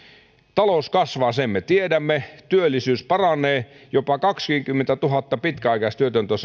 talous kasvaa sen me tiedämme työllisyys paranee jopa kaksikymmentätuhatta pitkäaikaistyötöntä on